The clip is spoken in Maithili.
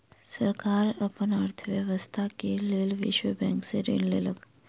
सरकार अपन अर्थव्यवस्था के लेल विश्व बैंक से ऋण लेलक